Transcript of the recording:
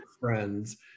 friends